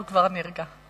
לרשותך שלוש דקות.